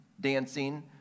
dancing